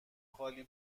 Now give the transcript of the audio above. خالی